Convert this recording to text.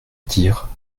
dire